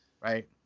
right